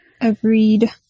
Agreed